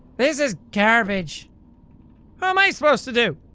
this is garbage how am i supposed to do?